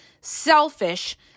selfish